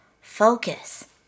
focus